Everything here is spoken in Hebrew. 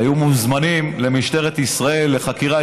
היו מוזמנים למשטרת ישראל לחקירה,